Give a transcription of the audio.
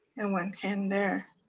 and one hand there.